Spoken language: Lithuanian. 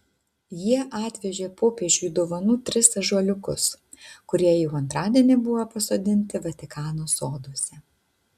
jie atvežė popiežiui dovanų tris ąžuoliukus kurie jau antradienį buvo pasodinti vatikano soduose